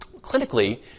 Clinically